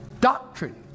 Doctrine